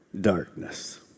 darkness